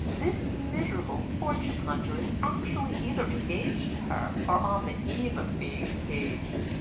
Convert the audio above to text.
this miserable fortune-hunter is actually either engaged to her or on the eve of being engaged!